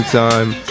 time